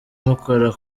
mukora